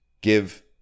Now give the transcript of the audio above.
give